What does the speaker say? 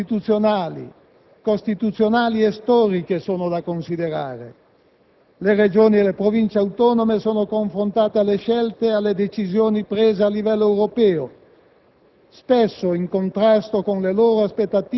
Anche le diversità culturali, istituzionali, costituzionali e storiche sono da considerare. Le Regioni e le Province autonome sono confrontate alle scelte e alle decisioni prese a livello europeo,